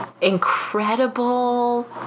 incredible